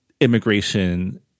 immigration